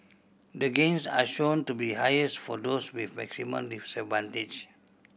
the gains are shown to be highest for those with maximum disadvantage